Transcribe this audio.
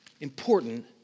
important